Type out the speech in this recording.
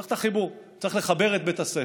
צריך את החיבור, צריך לחבר את בית הספר.